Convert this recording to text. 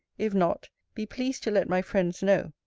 if not, be pleased to let my friends know,